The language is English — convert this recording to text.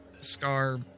Scar